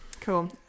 cool